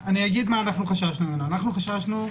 מהעקרונות אנחנו חששנו,